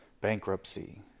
bankruptcy